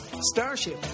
Starship